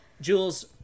Jules